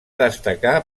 destacar